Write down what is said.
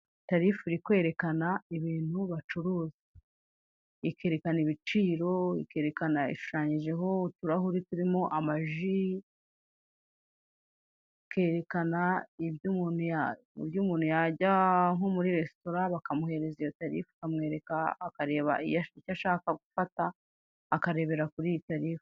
Tarifu irikwerekana ibintu bacuruza, ikerekana ibiciro, ikerekana ishushanyijeho uturahure turimo ama ji, ikerekana ibyo umuntu yajya nko muri resitora bakamuhereza iyi tarifu, ikamwereka, akareba ibyo ashaka gufata akabirebera kuri iyi tarifu.